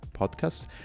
podcast